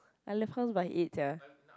I left house by eight sia